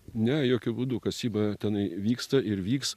ne jokiu būdu kasyba tenai vyksta ir vyks